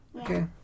Okay